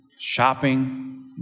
shopping